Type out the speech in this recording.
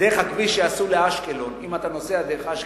דרך הכביש שעשו לאשקלון, אם אתה נוסע דרך אשקלון,